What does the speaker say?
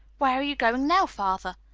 where are you going now, father?